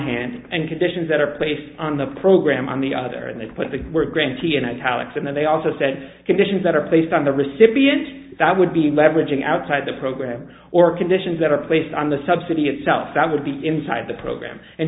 hand and conditions that are placed on the program on the other and they put the word grand piano tallackson they also said conditions that are placed on the recipient that would be leveraging outside the program or conditions that are placed on the subsidy itself that would be inside the program and